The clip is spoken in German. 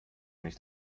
nicht